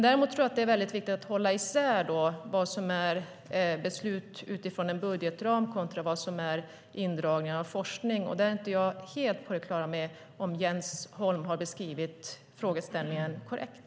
Däremot tror jag att det är väldigt viktigt att hålla isär vad som är beslut utifrån en budgetram och vad som är indragningar av forskning. Jag är inte helt på det klara med om Jens Holm har beskrivit frågeställningen korrekt.